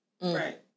Right